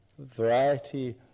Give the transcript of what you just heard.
Variety